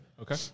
Okay